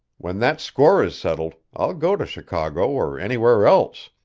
when that score is settled, i'll go to chicago or anywhere else.